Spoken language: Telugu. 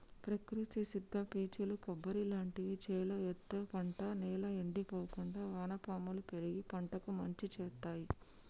ప్రకృతి సిద్ద పీచులు కొబ్బరి లాంటివి చేలో ఎత్తే పంట నేల ఎండిపోకుండా వానపాములు పెరిగి పంటకు మంచి శేత్తాయ్